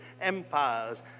empires